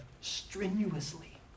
strenuously